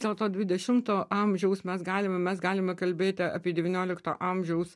dėl to dvidešimto amžiaus mes galime mes galime kalbėti apie devyniolikto amžiaus